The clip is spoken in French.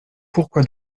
pourquoi